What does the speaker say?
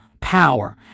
power